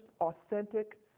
authentic